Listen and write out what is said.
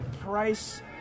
Price